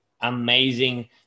amazing